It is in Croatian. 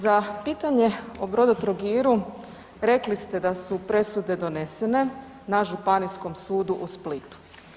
Za pitanje o Brodotrogiru rekli ste da su presude donesene na Županijskom sudu u Splitu.